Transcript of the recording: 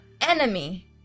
enemy